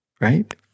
right